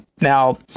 Now